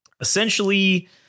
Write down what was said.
essentially